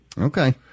Okay